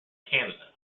canada